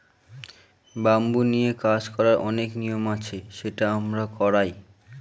bamboo নিয়ে কাজ করার অনেক নিয়ম আছে সেটা আমরা করায়